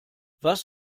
was